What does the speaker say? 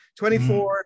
24